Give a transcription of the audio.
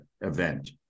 event